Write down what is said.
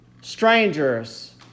strangers